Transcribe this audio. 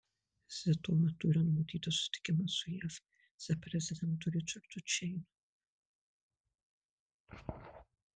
vizito metu yra numatytas susitikimas su jav viceprezidentu ričardu čeiniu